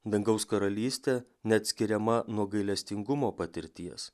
dangaus karalystė neatskiriama nuo gailestingumo patirties